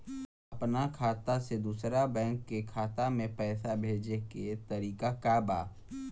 अपना खाता से दूसरा बैंक के खाता में पैसा भेजे के तरीका का बा?